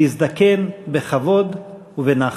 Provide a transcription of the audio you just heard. להזדקן בכבוד ובנחת.